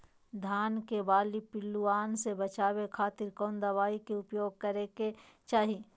धान के बाली पिल्लूआन से बचावे खातिर कौन दवाई के उपयोग करे के चाही?